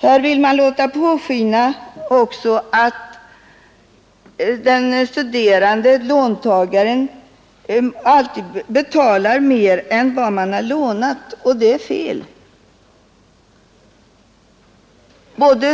Här vill man också låta påskina att den studerande låntagaren betalar mer än vad han har lånat. Det är fel.